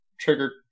trigger